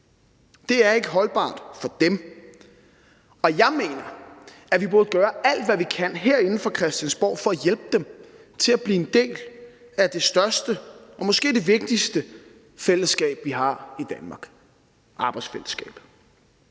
Det er ikke holdbart for dem, og jeg mener, at vi burde gøre alt, hvad vi kan herinde på Christiansborg for at hjælpe dem til at blive en del af det største og måske det vigtigste fællesskab, vi har i Danmark: arbejdsfællesskabet.